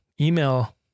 email